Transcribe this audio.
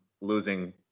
losing